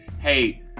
hey